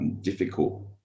difficult